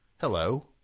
Hello